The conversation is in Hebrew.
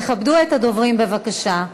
תכבדו את הדוברים, בבקשה.